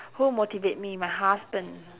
who motivate me my husband